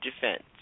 Defense